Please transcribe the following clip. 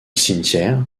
cimetière